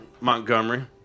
Montgomery